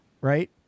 right